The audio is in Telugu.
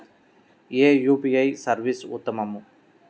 ఏ యూ.పీ.ఐ సర్వీస్ ఉత్తమము?